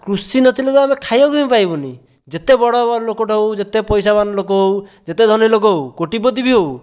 କୃଷି ନଥିଲେ ତ ଆମେ ଖାଇବାକୁ ବି ପାଇବୁନି ଯେତେ ବଡ଼ ଲୋକଟା ହେଉ ଯେତେ ପଇସାବାନ ଲୋକ ହେଉ ଯେତେ ଧନୀ ଲୋକ ହେଉ କୋଟିପତି ବି ହେଉ